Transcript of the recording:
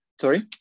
Sorry